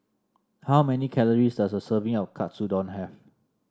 how many calories does a serving of Katsudon have